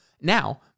Now